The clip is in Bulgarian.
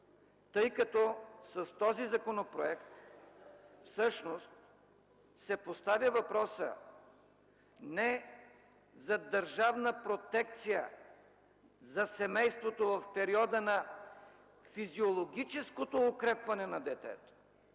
тъй като с този законопроект всъщност се поставя въпросът не за държавна протекция за семейството в периода на физиологическото укрепване на детето